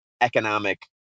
economic